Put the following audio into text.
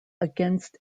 against